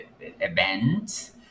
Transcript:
events